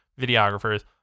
videographers